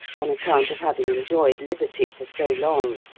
on account of having enjoyed liberty for so long.